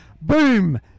Boom